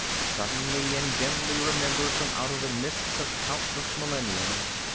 suddenly and dimly remembered from out of the mists of countless millenniums,